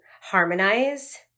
harmonize